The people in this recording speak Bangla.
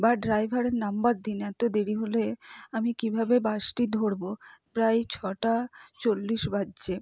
বা ড্রাইভারের নাম্বার দিন এতো দেরি হলে আমি কীভাবে বাসটি ধরবো প্রায় ছটা চল্লিশ বাজছে